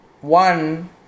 one